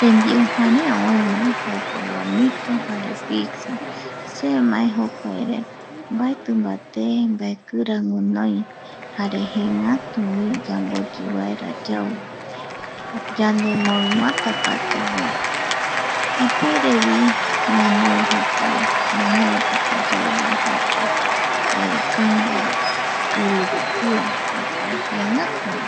Tembiu jarea oëva jaeko lomito jare pizza se amae jokuare mbaeti mbate mbaekira guinoi jare jeengatuvi yamboyivaera yau yanemoinvata katuvi ipuerevi ñanoi jokuae ñaneretape yauvae jaeko kando de ururupia jokuae jëëngatu.